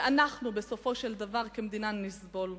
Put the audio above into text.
ובסופו של דבר אנחנו, כמדינה, נסבול.